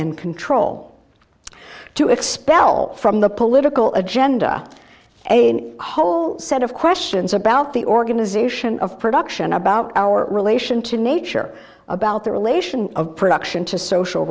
and control to expel from the political agenda a whole set of questions about the organization of production about our relation to nature about the relation of production to social